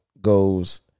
goes